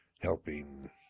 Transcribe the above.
helping